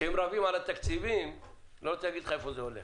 כשהם רבים על התקציבים אני לא רוצה להגיד לך לאיפה זה הולך.